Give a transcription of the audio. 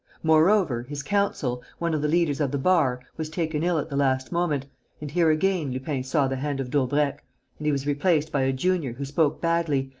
moreover, his counsel, one of the leaders of the bar, was taken ill at the last moment and here again lupin saw the hand of daubrecq and he was replaced by a junior who spoke badly,